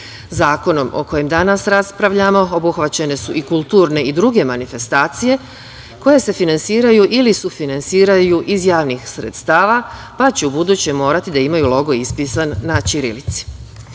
dalje. Zakonom o kojem danas raspravljamo obuhvaćene su i kulturne i druge manifestacije koje se finansiraju ili sufinansiraju iz javnih sredstava, pa će ubuduće morati da imaju logo ispisan na ćirilici. Osim